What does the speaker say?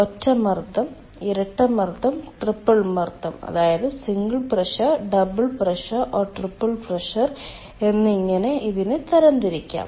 ഒറ്റ മർദ്ദം ഇരട്ട മർദ്ദം ട്രിപ്പിൾ മർദ്ദംsingle pressure double pressure triple pressure എന്നിങ്ങനെ ഇതിനെ തരം തിരിക്കാം